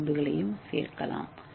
ஏ துண்டுகளில் சேரலாம்